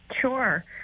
Sure